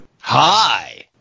hi